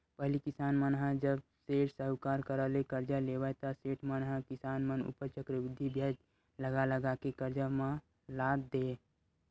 पहिली किसान मन ह जब सेठ, साहूकार करा ले करजा लेवय ता सेठ मन ह किसान मन ऊपर चक्रबृद्धि बियाज लगा लगा के करजा म लाद देय